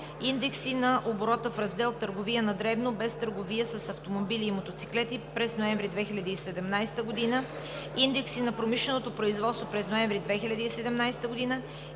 индекси на оборота в раздел „Търговия на дребно“ без „Търговия с автомобили и мотоциклети“ през ноември 2017 г.; индекси на промишленото производство през ноември 2017 г.;